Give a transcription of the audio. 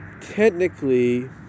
technically